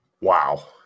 Wow